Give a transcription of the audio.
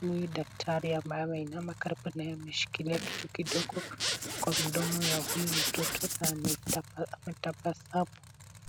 huyu daktari ambaye ameinama karibu na yeye ameshikilia kitu kidogo kqa mdomo ya huyu mtoto, na ametabasamu.